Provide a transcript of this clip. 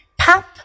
Pop